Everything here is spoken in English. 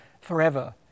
forever